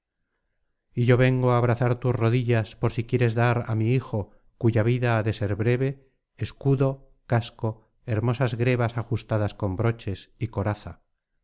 y yo vengo á abrazar tus rodillas por si quieres dar á mi hijo cuya vida ha de ser breve escudo casco hermosas grebas ajustadas con broches y coraza